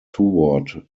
toward